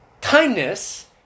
Kindness